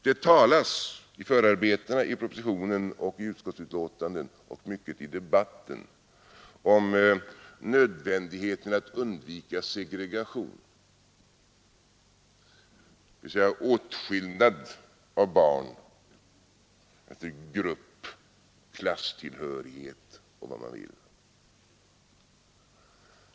Det talas i förarbetena till propositionen, i utskottsbetänkandet och mycket i debatten om nödvändigheten att undvika segregation, dvs. åtskillnad av barn efter grupp, klasstillhörighet eller vad man vill.